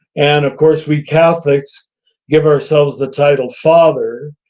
and of course we catholics give ourselves the title father.